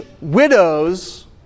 widows